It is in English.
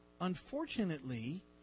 unfortunately